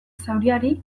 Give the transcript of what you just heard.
zauriari